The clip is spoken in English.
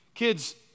Kids